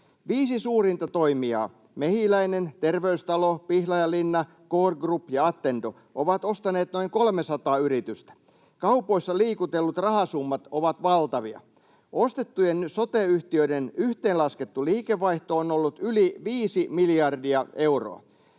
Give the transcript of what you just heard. Viisi suurinta toimijaa — Mehiläinen, Terveystalo, Pihlajalinna, Cor Group ja Attendo — ovat ostaneet noin 300 yritystä. Kaupoissa liikutellut rahasummat ovat valtavia. Ostettujen sote-yhtiöiden yhteenlaskettu liikevaihto on ollut yli viisi miljardia euroa.